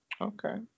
Okay